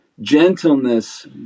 gentleness